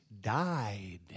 died